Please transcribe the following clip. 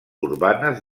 urbanes